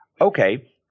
okay